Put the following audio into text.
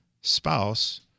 spouse